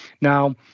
Now